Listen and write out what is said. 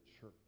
church